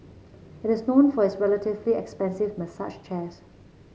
it is known for its relatively expensive massage chairs